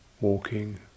walking